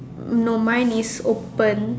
no mine is open